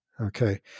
okay